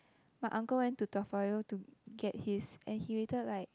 my uncle went to Toa-Payoh to get his and he waited like